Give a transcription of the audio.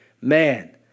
man